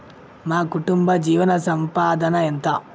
మా కుటుంబ జీవన సంపాదన ఎంత?